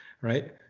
right